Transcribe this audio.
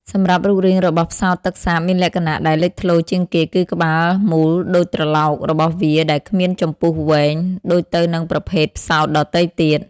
សម្រាប់រូបរាងរបស់ផ្សោតទឹកសាបមានលក្ខណៈដែលលេចធ្លោជាងគេ គឺក្បាលមូលដូចត្រឡោករបស់វា ដែលគ្មានចំពុះវែង ដូចទៅនឹងប្រភេទផ្សោតដទៃទៀត។